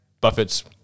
Buffett's